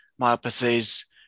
myopathies